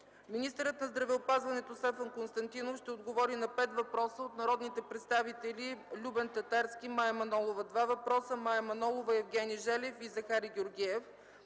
Министърът на здравеопазването Стефан Константинов ще отговори на 5 въпроса от народните представители Любен Татарски, Мая Манолова – 2 въпроса, Мая Манолова и Евгений Желев и Захари Георгиев.